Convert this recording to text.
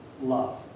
love